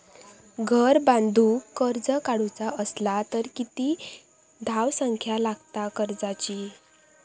घर बांधूक कर्ज काढूचा असला तर किती धावसंख्या लागता कर्जाची?